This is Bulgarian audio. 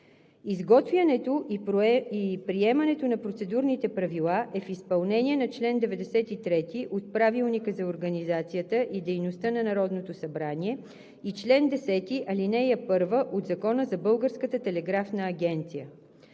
Изготвянето и приемането на Процедурните правила е в изпълнение на чл. 93 от Правилника за организацията и дейността на Народното събрание и чл. 10, ал. 1 от Закона за Българската телеграфна агенция.